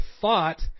thought